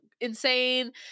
insane